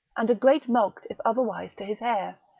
and a great mulct if otherwise to his heir,